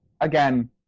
again